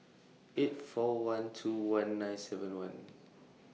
eight four one two one nine seven one